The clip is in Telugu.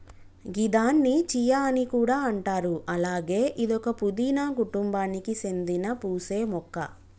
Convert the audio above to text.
గిదాన్ని చియా అని కూడా అంటారు అలాగే ఇదొక పూదీన కుటుంబానికి సేందిన పూసే మొక్క